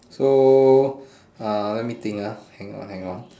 so ah let me think ah hang on hang on